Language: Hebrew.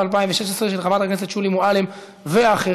(סייג לחובה למסור פרטים ולענות על שאלות ועונשין),